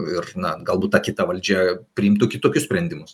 ir na galbūt ta kita valdžia priimtų kitokius sprendimus